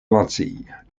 lentille